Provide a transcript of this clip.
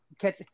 catch